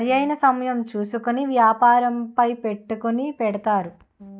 సరైన సమయం చూసుకొని వ్యాపారంపై పెట్టుకుని పెడతారు